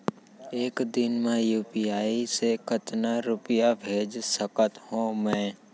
एक दिन म यू.पी.आई से कतना रुपिया भेज सकत हो मैं?